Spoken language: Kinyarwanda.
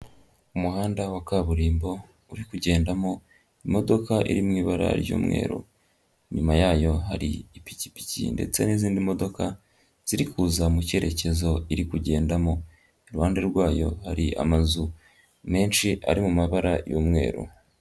Umuhanda wa kaburimbo uri kugendamo imodoka iri mu ibara ry'umweru, inyuma yayo hari ipikipiki ndetse n'izindi modoka ziri kuza mu kerekezo iri kugendamo, iruhande rwayo hari amazu menshi ari mu mabara y'umweru.